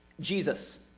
Jesus